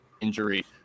injury